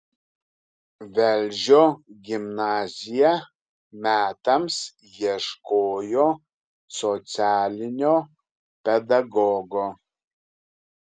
velžio gimnazija metams ieškojo socialinio pedagogo